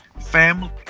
family